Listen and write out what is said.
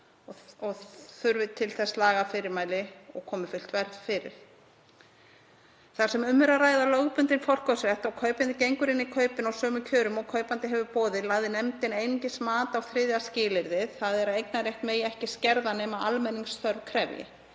Þurfi til þess lagafyrirmæli og komi fullt verð fyrir. Þar sem um er að ræða lögbundinn forkaupsrétt og kaupandi gengur inn í kaupin á sömu kjörum og kaupandi hefur boðið lagði nefndin einungis mat á þriðja skilyrðið, þ.e. að eignarrétt megi ekki skerða nema almenningsþörf krefji.